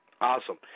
Awesome